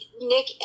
Nick